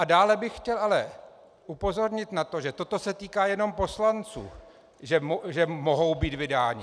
Dále bych chtěl upozornit na to, že toto se týká jenom poslanců, že mohou být vydáni.